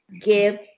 give